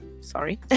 Sorry